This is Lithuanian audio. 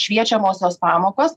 šviečiamosios pamokos